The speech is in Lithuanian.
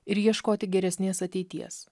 ir ieškoti geresnės ateities